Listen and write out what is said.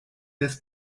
des